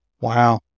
Wow